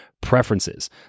preferences